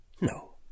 no